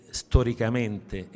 storicamente